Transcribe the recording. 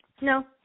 No